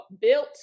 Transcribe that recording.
built